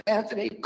Anthony